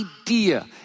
idea